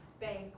bank